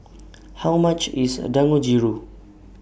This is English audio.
How much IS A Dangojiru